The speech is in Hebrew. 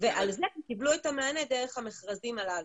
ועל זה קיבלו את המענה דרך המכרזים הללו.